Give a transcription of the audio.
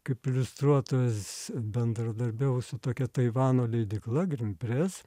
kaip iliustruotojas bendradarbiavau su tokia taivano leidykla green press